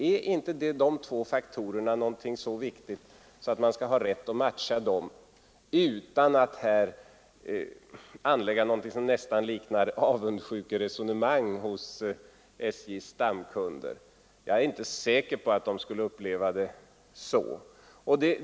Är inte dessa två faktorer så viktiga att man har rätt att matcha dem utan att befara något som nästan liknar avundsjukeresonemang från SJ:s stamkunder? Jag är inte säker på att de skulle uppleva det på det sättet.